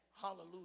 Hallelujah